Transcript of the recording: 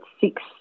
six